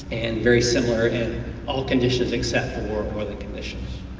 and very similar in all conditions except for oiling conditions.